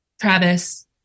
Travis